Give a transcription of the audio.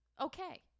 okay